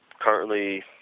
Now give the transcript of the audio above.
currently